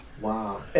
Wow